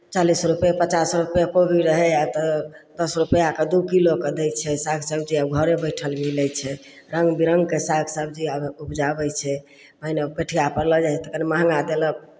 चालिस रुपैए पचास रुपैए कोबी रहय आब तऽ दस रुपैआके दू किलोके दै छै साग सबजी आ घरे बैठल मिलै छै रङ्ग बिरङ्गके साग सबजी आब उपजाबै छै पहिने पैठियापर लऽ जाय तऽ कनि महंगा देलक